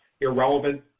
irrelevant